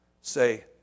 say